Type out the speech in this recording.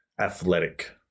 Athletic